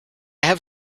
have